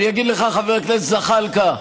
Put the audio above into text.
אני אגיד לך, חבר הכנסת זחאלקה: